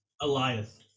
Elias